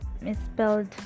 misspelled